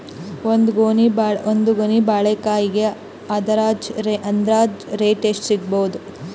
ಒಂದ್ ಗೊನಿ ಬಾಳೆಕಾಯಿಗ ಅಂದಾಜ ರೇಟ್ ಎಷ್ಟು ಸಿಗಬೋದ?